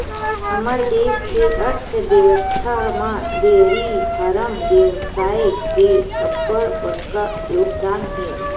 हमर देस के अर्थबेवस्था म डेयरी फारम बेवसाय के अब्बड़ बड़का योगदान हे